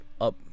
up